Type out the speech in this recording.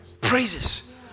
praises